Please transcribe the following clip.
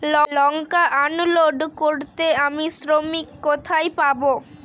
লঙ্কা unload করতে আমি শ্রমিক কোথায় পাবো?